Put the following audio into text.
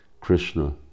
Krishna